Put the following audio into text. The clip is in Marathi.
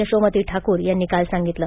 यशोमती ठाकूर यांनी काल सांगितलं